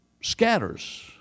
scatters